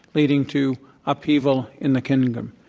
leading to upheaval in the kingdom.